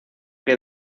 que